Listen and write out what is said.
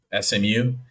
SMU